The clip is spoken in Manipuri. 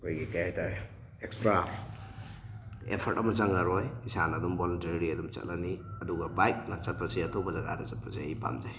ꯑꯩꯈꯣꯏꯒꯤ ꯀꯩꯍꯥꯏꯇꯥꯔꯦ ꯑꯦꯛꯁꯇ꯭ꯔꯥ ꯑꯦꯐ꯭ꯔꯠ ꯑꯃ ꯆꯪꯉꯔꯣꯏ ꯏꯁꯥꯅ ꯑꯗꯨꯝ ꯕꯣꯂꯨꯟꯇꯔꯤꯂꯤ ꯑꯗꯨꯝ ꯆꯠꯂꯅꯤ ꯑꯗꯨꯒ ꯕꯥꯏꯛꯅ ꯆꯠꯄꯁꯦ ꯑꯇꯣꯞꯄ ꯖꯒꯥꯗ ꯆꯠꯄꯁꯦ ꯑꯩ ꯄꯥꯝꯖꯩ